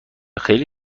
خیلی